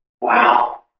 wow